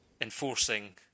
enforcing